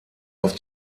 auf